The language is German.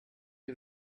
die